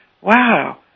Wow